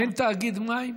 אין תאגיד מים?